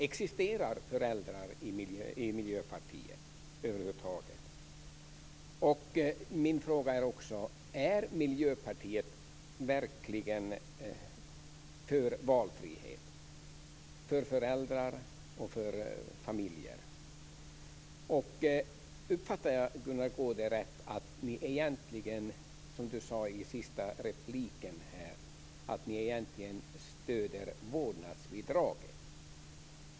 Existerar föräldrar i Miljöpartiet över huvud taget? Min fråga är också: Är Miljöpartiet verkligen för valfrihet för föräldrar och för familjer? Uppfattade jag Gunnar Goude rätt när jag tyckte att han i sin senaste replik sade att ni egentligen stöder vårdnadsbidraget?